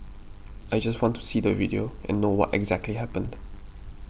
I just want to see the video and know what exactly happened